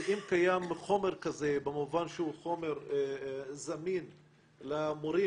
ואם קיים חומר כזה במובן שהוא חומר זמין למורים,